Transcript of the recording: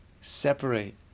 separate